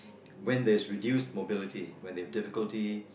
when there's reduced mobility when they have difficulty